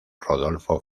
rodolfo